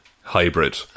hybrid